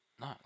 no